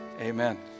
Amen